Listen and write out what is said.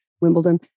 Wimbledon